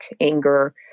anger